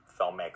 filmmaker